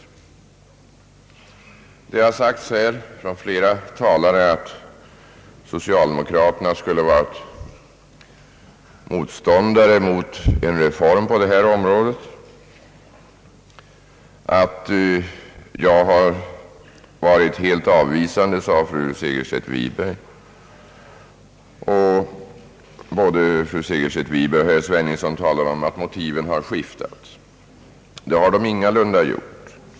Flera talare har här sagt att socialdemokraterna skulle vara motståndare till en reform på detta område, Fru Segerstedt Wiberg sade att jag har varit helt avvisande, och både fru Segerstedt Wiberg och herr Sveningsson talade om att motiven har skiftat. Det har de ingalunda gjort.